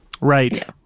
right